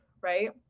right